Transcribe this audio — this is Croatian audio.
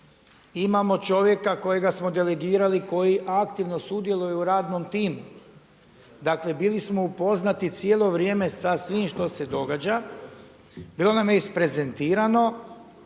Imamo čovjeka kojega smo delegirali koji aktivno sudjeluje u radnom timu, dakle bili smo upoznati cijelo vrijeme sa svim što se događa, bilo nam je isprezentirano